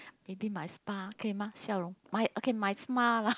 maybe my spa 可以吗笑容 okay my smile lah